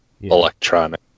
electronic